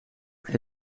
hij